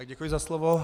Děkuji za slovo.